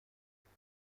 بریم